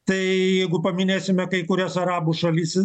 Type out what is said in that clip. tai jeigu paminėsime kai kurias arabų šalis